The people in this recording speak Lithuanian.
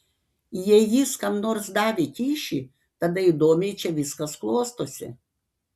jei jis kam nors davė kyšį tada įdomiai čia viskas klostosi